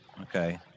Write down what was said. Okay